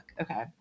Okay